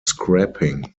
scrapping